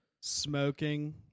smoking